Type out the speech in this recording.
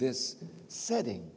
this setting